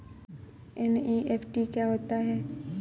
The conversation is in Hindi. एन.ई.एफ.टी क्या होता है?